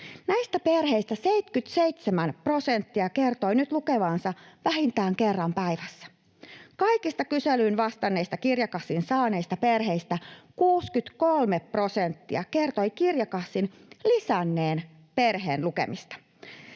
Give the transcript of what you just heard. Näistä perheistä 77 prosenttia kertoi nyt lukevansa vähintään kerran päivässä. Kaikista kyselyyn vastanneista kirjakassin saaneista perheistä 63 prosenttia kertoi kirjakassin lisänneen perheen lukemista.